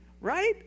right